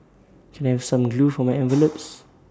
can I have some glue for my envelopes